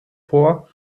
vor